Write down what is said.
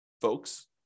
folks